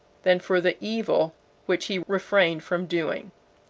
than for the evil which he refrained from doing.